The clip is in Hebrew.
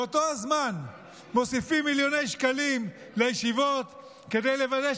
באותו הזמן מוסיפים מיליוני שקלים לישיבות כדי לוודא